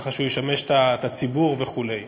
ככה שהוא ישמש את הציבור וכו'.